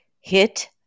Hit